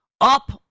up